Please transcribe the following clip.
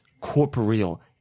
corporeal